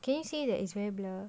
can you say that it's very blur